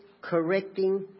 correcting